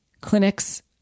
Clinics